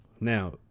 Now